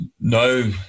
no